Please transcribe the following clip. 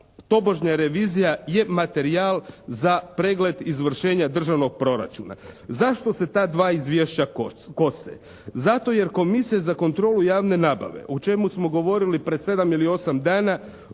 tobožnja revizija je materijal za pregled izvršenja državnog proračuna. Zašto se ta dva izvješća kose? Zato jer Komisija za kontrolu javne nabave o čemu smo govorili pred sedam ili osam dana